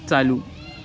चालू